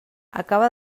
acaba